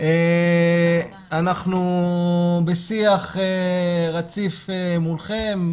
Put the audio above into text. אנחנו בשיח רציף מולכם,